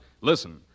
listen